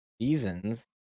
seasons